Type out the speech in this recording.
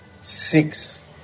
six